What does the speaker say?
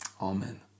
Amen